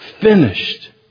finished